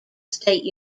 state